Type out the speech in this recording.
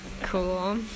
cool